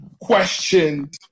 questioned